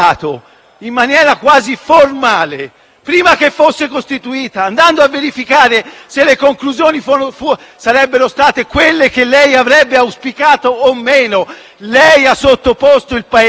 prima che fosse costituita, andando a verificare se le conclusioni sarebbero state quelle che lei stesso avrebbe auspicato. Lei ha sottoposto il Paese a una farsa continua,